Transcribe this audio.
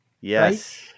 yes